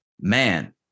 man